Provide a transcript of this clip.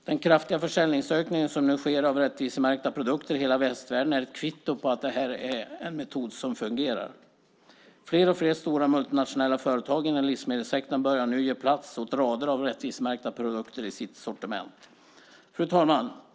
Den kraftiga försäljningsökning som nu sker av rättvisemärkta produkter i hela västvärlden är ett kvitto på att det här är en metod som fungerar. Fler och fler stora multinationella företag inom livsmedelssektorn börjar nu ge plats åt rader av rättvisemärkta produkter i sitt sortiment. Fru talman!